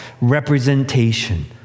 representation